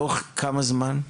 תוך כמה זמן?